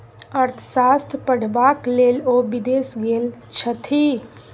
अर्थशास्त्र पढ़बाक लेल ओ विदेश गेल छथि